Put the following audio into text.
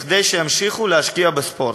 כדי שימשיכו להשקיע בספורט.